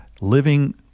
living